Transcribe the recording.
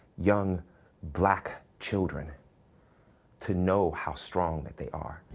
young black children to know how strong they are.